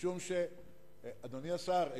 אדוני השר,